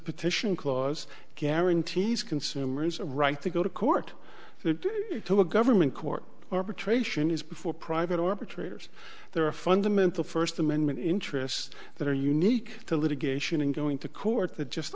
petition clause guarantees consumers a right to go to court to a government court or betray shinies before private or betrayers there are fundamental first amendment interests that are unique to litigation and going to court that just